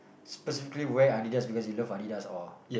specifically wear Adidas because you love Adidas or